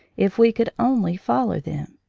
if we could only follow them.